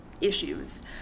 issues